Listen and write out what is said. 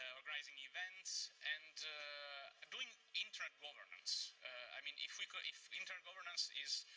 organizing events, and doing intergovernance. i mean if like ah if intergovernance is